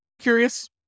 curious